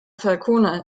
falconer